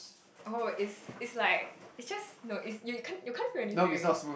oh it's it's like it's just no it's you can't you can't feel anything